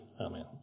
Amen